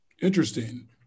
Interesting